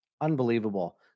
Unbelievable